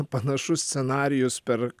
panašus scenarijus per